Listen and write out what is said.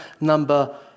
number